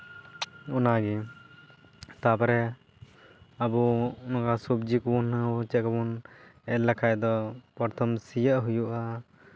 ᱚᱱᱟᱜᱮ ᱛᱟᱨᱯᱚᱨᱮ ᱟᱵᱚ ᱱᱚᱣᱟ ᱥᱚᱵᱽᱡᱤ ᱠᱚᱵᱚᱱ ᱪᱮᱫ ᱠᱚᱵᱚᱱ ᱮᱨ ᱞᱮᱠᱷᱟᱱ ᱫᱚ ᱥᱤᱭᱳᱜ ᱦᱩᱭᱩᱜᱼᱟ